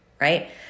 right